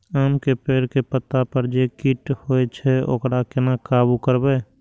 आम के पेड़ के पत्ता पर जे कीट होय छे वकरा केना काबू करबे?